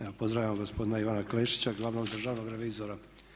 Evo pozdravljam gospodina Ivana Klešića, glavnog državnog revizora.